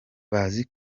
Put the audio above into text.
bazi